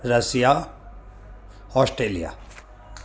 Russia Australia